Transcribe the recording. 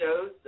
shows